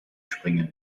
springen